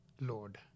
Lord